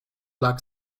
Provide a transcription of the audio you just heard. lag